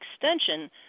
extension